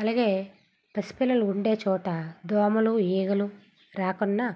అలాగే పసి పిల్లలు ఉండే చోట దోమలు ఈగలు రాకున్నా